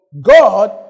god